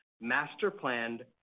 master-planned